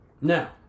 Now